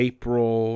April